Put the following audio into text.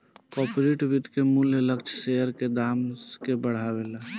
corporate वित्त के मूल्य लक्ष्य शेयर के दाम के बढ़ावेले